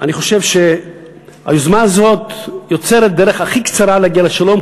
אני חושב שהיוזמה הזאת יוצרת את הדרך הכי קצרה להגיע לשלום,